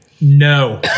No